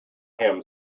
him